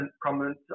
prominent